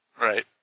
Right